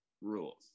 rules